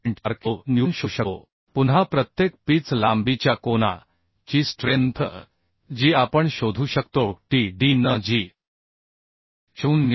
4 kilo newton शोधू शकतो पुन्हा प्रत्येक पिच लांबीच्या कोना ची स्ट्रेंथ जी आपण शोधू शकतो T d n जी 0